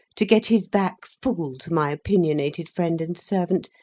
to get his back full to my opinionated friend and servant,